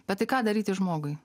bet tai ką daryti žmogui